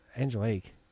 Angelique